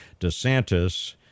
DeSantis